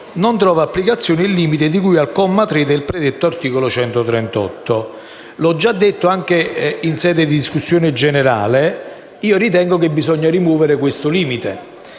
«non trova applicazione il limite di cui al comma 3 del predetto articolo 138». Come ho già detto anche in sede di discussione generale, ritengo che bisogna rimuovere questo limite